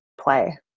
play